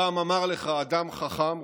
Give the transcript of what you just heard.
פעם אמר לך אדם חכם,